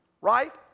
right